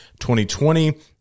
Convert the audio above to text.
2020